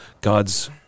God's